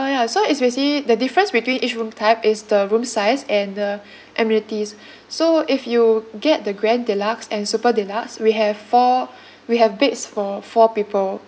ah ya so it's basically the difference between each room type is the room size and the amenities so if you get the grand deluxe and super deluxe we have four we have beds for four people